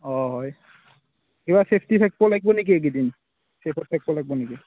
অঁ হয় কিবা চেফতি থাকিব লাগিব নেকি এই কেইদিন চেফত থাকিব লাগিব নেকি